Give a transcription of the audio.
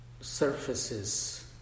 surfaces